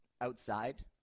outside